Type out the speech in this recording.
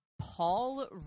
Paul